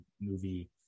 movie